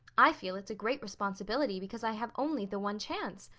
i feel it's a great responsibility because i have only the one chance.